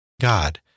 God